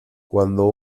cuando